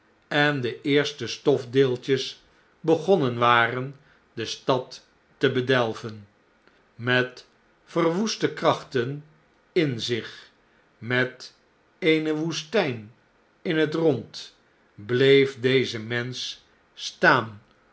en de eerste stofdeeltjes begonnen waren de stad te bedelven met verwoeste krachten in zich met eene woest jn in het rond bleef deze mensch staan